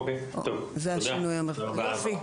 אוקיי, תודה.